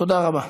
תודה רבה.